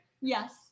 yes